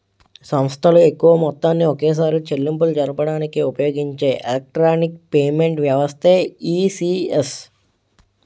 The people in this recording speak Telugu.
సంస్థలు ఎక్కువ మొత్తాన్ని ఒకేసారి చెల్లింపులు జరపడానికి ఉపయోగించే ఎలక్ట్రానిక్ పేమెంట్ వ్యవస్థే ఈ.సి.ఎస్